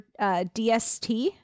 dst